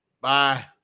Bye